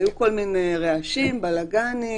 היו כל מיני רעשים, בלגאנים,